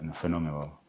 phenomenal